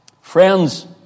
Friends